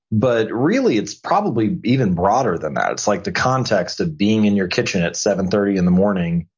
but really it's probably even broader than that. it's like the context of being in your kitchen at seven thirty in the morning,